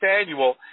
annual